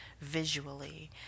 visually